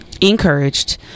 encouraged